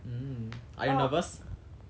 mm are you nervous